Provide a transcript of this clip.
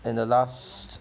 and the last